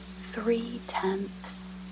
three-tenths